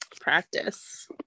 practice